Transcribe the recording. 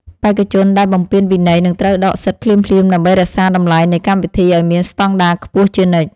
បេក្ខជនដែលបំពានវិន័យនឹងត្រូវដកសិទ្ធិភ្លាមៗដើម្បីរក្សាតម្លៃនៃកម្មវិធីឱ្យមានស្តង់ដារខ្ពស់ជានិច្ច។